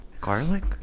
garlic